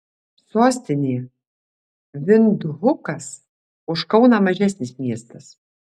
sostinė vindhukas už kauną mažesnis miestas